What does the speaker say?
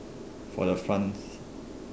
for the front